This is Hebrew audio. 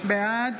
בעד